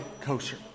kosher